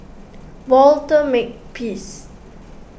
Walter Makepeace